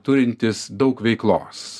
turintys daug veiklos